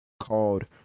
called